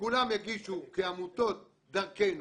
שכולם יגישו כעמותות דרכנו.